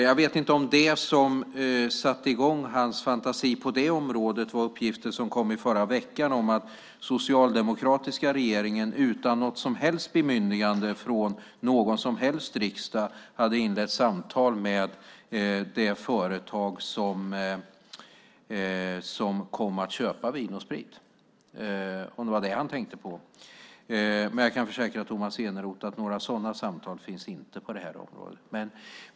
Jag vet inte om det som satte i gång hans fantasi på det området var uppgiften som kom i förra veckan om att den socialdemokratiska regeringen, utan något som helst bemyndigande från någon som helst riksdag, hade inlett samtal med det företag som kom att köpa Vin & Sprit. Det kanske var det han tänkte på. Jag kan försäkra Tomas Eneroth att det inte finns några sådana samtal på det här området.